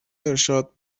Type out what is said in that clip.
ارشاد